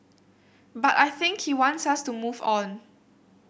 but I think he wants us to move on